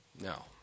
no